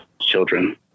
children